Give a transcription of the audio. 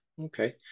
Okay